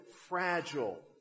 fragile